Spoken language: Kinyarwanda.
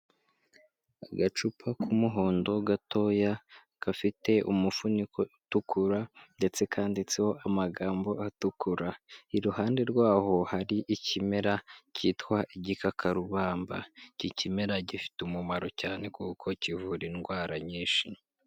Agacupa k'umuhondo gatoya gafite umufuniko utukura ndetse kanditseho amagambo atukura, iruhande rwaho hari ikimera kitwa igikakarubamba, iki kimera gifite umumaro cyane kuko kivura indwara nyinshi.